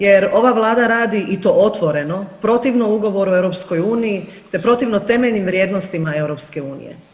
Jer ova Vlada radi i to otvoreno protivno Ugovoru o EU, te protivno temeljnim vrijednostima EU.